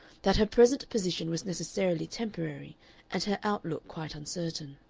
that her present position was necessarily temporary and her outlook quite uncertain.